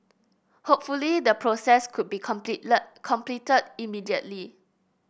hopefully the process could be completely completed immediately